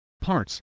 parts